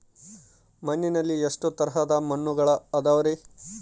ಮಣ್ಣಿನಲ್ಲಿ ಎಷ್ಟು ತರದ ಮಣ್ಣುಗಳ ಅದವರಿ?